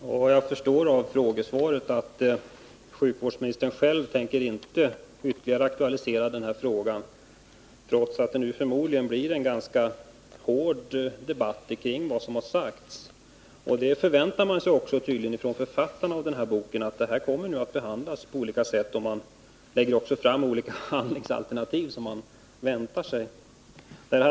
Herr talman! Jag förstår av frågesvaret att sjukvårdsministern själv inte tänker ytterligare aktualisera den här frågan, trots att det nu förmodligen blir en ganska hård debatt om vad som har sagts. Författarna till den här boken väntar sig tydligen också att frågan kommer att behandlas på olika sätt. Man lägger också fram olika handlingsalternativ.